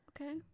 okay